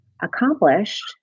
accomplished